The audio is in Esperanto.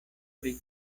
pri